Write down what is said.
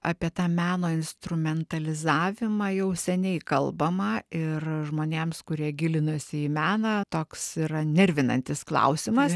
apie tą meno instrumentalizavimą jau seniai kalbama ir žmonėms kurie gilinasi į meną toks yra nervinantis klausimas